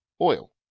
oil